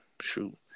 shoot